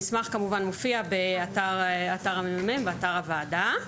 המסמך כמובן מופיע באתר הממ"מ ובאתר הוועדה.